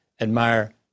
admire